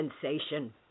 sensation